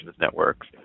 networks